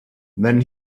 then